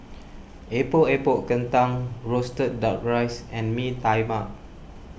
Epok Epok Kentang Roasted Duck Rice and Mee Tai Mak